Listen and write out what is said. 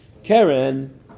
Karen